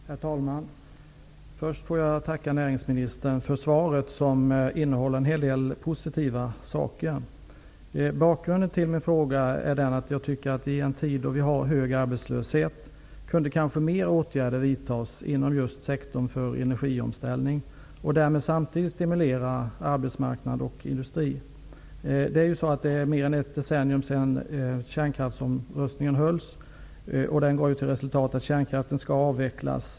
Herr talman! Först vill jag tacka näringsministern för svaret, som innehåller en hel del positiva saker. Bakgrunden till min fråga är den att jag tycker att i en tid med hög arbetslöshet kunde kanske fler åtgärder vidtas inom just sektorn för energiomställning och därmed samtidigt stimulera arbetsmarknad och industri. Det är nu mer än ett decennium sedan som kärnkraftsomröstningen hölls, och den gav ju till resultat att kärnkraften skall avvecklas.